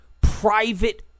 private